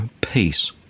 peace